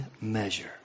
measure